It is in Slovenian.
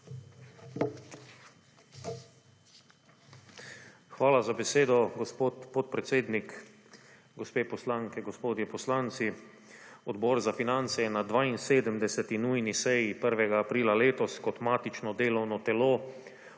Hvala za besedo, gospod podpredsednik. Gospe poslanke, gospodje poslanci! Odbor za finance je na 72. nujni seji 1. aprila letos kot matično delovno telo